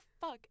fuck